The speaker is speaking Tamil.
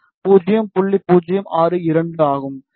062 ஆகும்